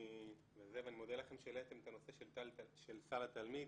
אני מודה לכם שהעליתם את הנושא של סל התלמיד.